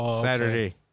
Saturday